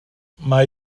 mae